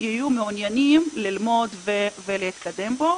הם יהיו מעוניינים ללמוד ולהתקדם בו.